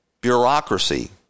bureaucracy